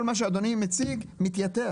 כל מה שאדוני מציג מתייתר.